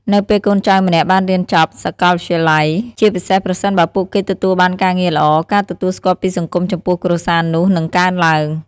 នៅពេលកូនចៅម្នាក់បានរៀនចប់សាកលវិទ្យាល័យ ជាពិសេសប្រសិនបើពួកគេទទួលបានការងារល្អ ការទទួលស្គាល់ពីសង្គមចំពោះគ្រួសារនោះនឹងកើនឡើង។